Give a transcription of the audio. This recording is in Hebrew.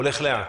הולך לאן?